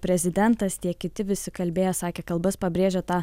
prezidentas tiek kiti visi kalbėjo sakė kalbas pabrėžė tą